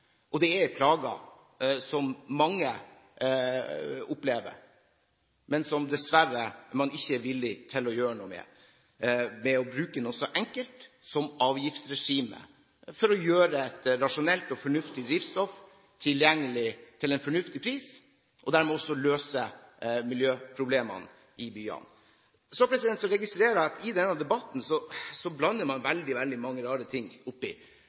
astma og allergi, plager som mange opplever, men som man dessverre ikke er villig til å gjøre noe med ved å bruke noe så enkelt som avgiftsregimet for å gjøre et rasjonelt og fornuftig drivstoff tilgjengelig til en fornuftig pris, og dermed også løse miljøproblemene i byene. Så registrerer jeg at i denne debatten blander man inn veldig mange rare ting.